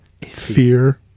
Fear